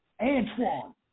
Antoine